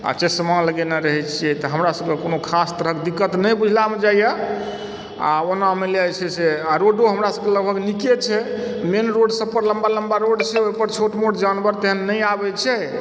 आ चश्मा लगेने रहैत छियै तऽ हमरासभके कोनो खास तरहक दिक्कत नहि बुझलामे जाइए आ ओना मानि लिअ जे छै से आ रोडो हमरा सभके लगभग नीके छै मेन रोडसभ पर लम्बा लम्बा रोड छै ओहिपर छोट मोट जानवर तेहन नहि आबैत छै